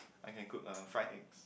I can cook uh fried eggs